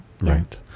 Right